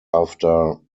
after